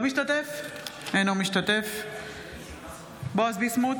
אינו משתתף בהצבעה בועז ביסמוט,